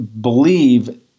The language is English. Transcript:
believe